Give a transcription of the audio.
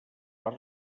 per